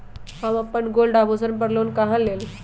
हम अपन गोल्ड आभूषण पर लोन कहां से लेम?